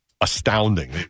astounding